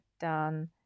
done